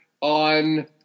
on